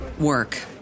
work